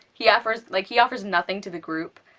he offers, like, he offers nothing to the group.